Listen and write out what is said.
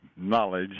knowledge